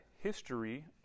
History